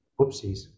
Whoopsies